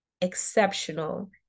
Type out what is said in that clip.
exceptional